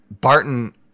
Barton